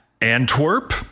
antwerp